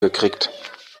gekriegt